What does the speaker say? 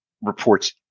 reports